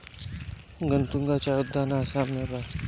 गतूंगा चाय उद्यान आसाम में बा